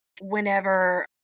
whenever